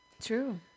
True